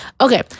okay